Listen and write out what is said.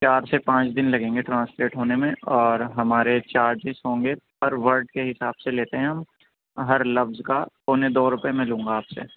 چار سے پانچ دن لگیں گے ٹرانسلیٹ ہونے میں اور ہمارے چارجز ہوں گے پر ورڈ کے حساب سے لیتے ہیں ہم ہر لفظ کا پونے دو روپیے میں لوں گا آپ سے